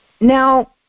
Now